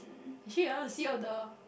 actually I want to see all the